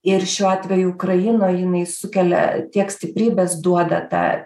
ir šiuo atveju ukrainoj jinai sukelia tiek stiprybės duoda tą